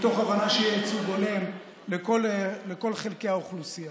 מתוך הבנה שיהיה ייצוג הולם לכל חלקי האוכלוסייה.